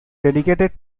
dedicated